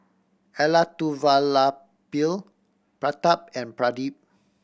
Elattuvalapil Pratap and Pradip